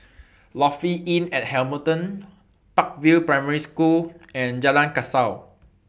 Lofi Inn At Hamilton Park View Primary School and Jalan Kasau